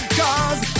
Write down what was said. cause